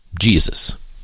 Jesus